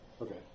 okay